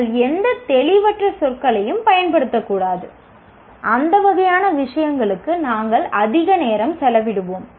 நீங்கள் எந்த தெளிவற்ற சொற்களையும் பயன்படுத்தக்கூடாது அந்த வகையான விஷயங்களுக்கு நாங்கள் அதிக நேரம் செலவிடுவோம்